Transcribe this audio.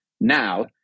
Now